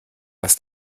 was